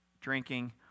drinking